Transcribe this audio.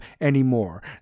anymore